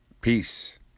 Peace